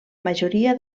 majoria